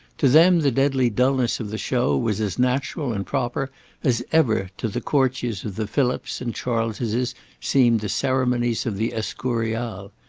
to them the deadly dulness of the show was as natural and proper as ever to the courtiers of the philips and charleses seemed the ceremonies of the escurial.